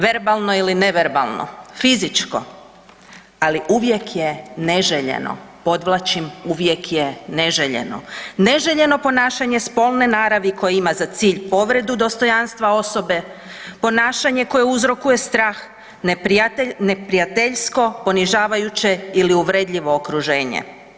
Verbalno ili ne verbalno, fizičko, ali uvijek je neželjeno, podvlačim uvijek je neželjeno, neželjeno ponašanje spolne naravi koje ima za cilj povredu dostojanstva osobe, ponašanje koje uzrokuje strah, neprijateljsko, ponižavajuće ili uvredljivo okruženje.